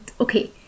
Okay